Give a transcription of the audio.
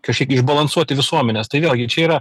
kažkaip išbalansuoti visuomenės tai vėlgi čia yra